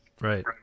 right